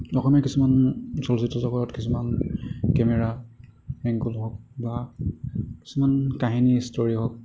অসমীয়া কিছুমান চলচ্চিত্ৰ জগত কিছুমান কেমেৰা এংগোল হওঁক বা কিছুমান কাহিনী ষ্টৰী হওঁক